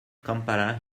kampala